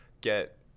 get